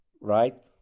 Right